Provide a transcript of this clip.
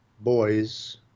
boys